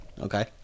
Okay